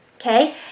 okay